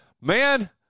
man